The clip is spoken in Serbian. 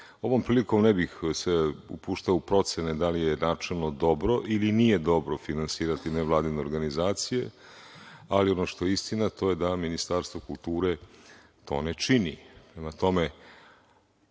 ovom prilikom se ne bih upuštao u procene da li je načelno dobro ili nije dobro finansirati nevladine organizacije, ali ono što je istina, to je da Ministarstvo kulture to ne čini. Prema tome,